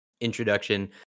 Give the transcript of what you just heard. introduction